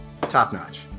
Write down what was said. top-notch